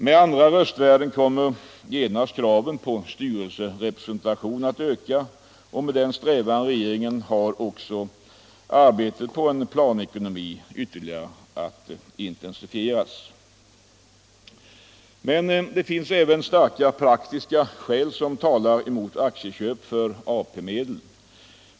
Med andra röstvärden kommer genast kraven på styrelserepresentation att öka, och med den strävan regeringen har kommer också arbetet på en planekonomi att ytterligare intensifieras. Men även starka praktiska skäl talar emot aktieköp för AP-medel.